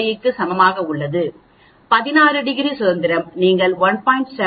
05 க்கு சமமாக உள்ளது 16 டிகிரி சுதந்திரம் நீங்கள் 1